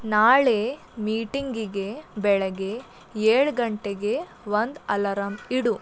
ನಾಳೆ ಮೀಟಿಂಗಿಗೆ ಬೆಳಗ್ಗೆ ಏಳು ಗಂಟೆಗೆ ಒಂದು ಅಲಾರಂ ಇಡು